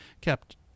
kept –